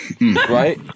Right